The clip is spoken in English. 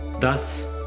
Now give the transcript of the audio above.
Thus